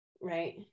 right